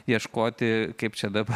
ieškoti kaip čia dabar